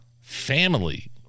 family